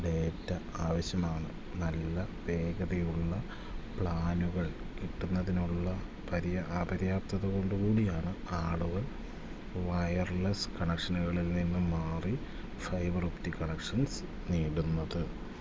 data ആവശ്യമാണ് നല്ല വേഗതയുള്ള പ്ലാനുകൾ കിട്ടുന്നതിനുള്ള അപര്യാപ്തത കൊണ്ടുകൂടിയാണ് ആളുകൾ വയർലെസ് കണക്ഷനുകളിൽ നിന്നു മാറി ഫൈബർ ഒപ്റ്റിക് കണക്ഷൻസ് നേടുന്നത്